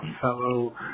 fellow